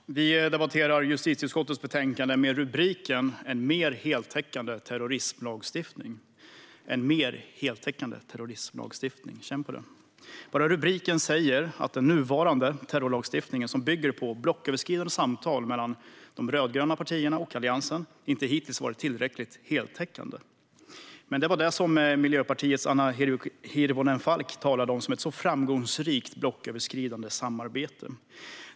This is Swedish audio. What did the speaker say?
Fru talman! Vi debatterar justitieutskottets betänkande med rubriken En mer heltäckande terrorismlagstiftning . Känn på den: En mer heltäckande terrorismlagstiftning . Bara rubriken säger att den nuvarande terrorismlagstiftningen, som bygger på blocköverskridande samtal mellan de rödgröna partierna och Alliansen, hittills inte varit tillräckligt heltäckande. Men det var det som Miljöpartiets Annika Hirvonen Falk talade om som ett så framgångsrikt blocköverskridande samarbete.